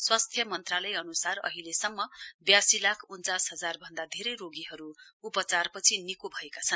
स्वास्थ्य मन्त्रालय अनुसार अहिलेसम्म व्यासी लाख उन्चास हजार भन्दा धेरै रोगीहरु उपचारपछि निको भएका छन्